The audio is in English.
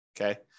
okay